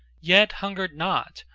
yet hungered not,